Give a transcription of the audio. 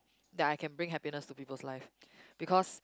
that I can bring happiness to people's lives because